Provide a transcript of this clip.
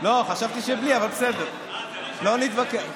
חשבתי שבלי, אבל בסדר, לא נתווכח.